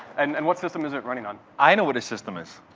and and what system is it running on? i know what his system is.